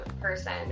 person